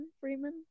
Freeman